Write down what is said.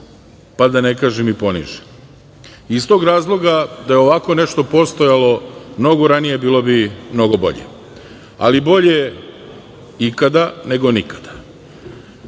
pa da ne kažem i ponižen. Iz tog razloga, da je ovako nešto postojalo mnogo ranije bilo bi mnogo bolje, ali bolje ikada nego nikada. Do